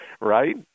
right